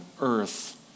earth